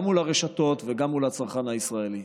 גם מול הרשתות וגם מול הצרכן הישראלי.